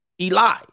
Eli